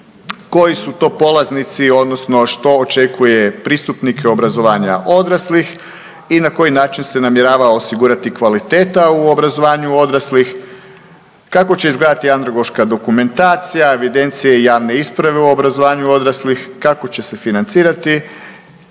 koji su to polaznici odnosno što očekuje pristupnike obrazovanja odraslih i na koji način se namjerava osigurati kvaliteta u obrazovanju odraslih. Kako će izgledati andragoška dokumentacija, evidencije i javne isprave u obrazovanju odraslih, kako će financirati,